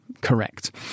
correct